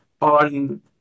on